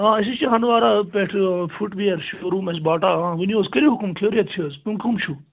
آ أسۍ حظ چھِ ہندوارہ پٮ۪ٹھٕ فُٹ وِیَر شو روٗم اَسہِ باٹا ہاں ؤنِو حظ کٔرِو حُکُم خیریت چھِ حَظ تُہۍ کَم چھِو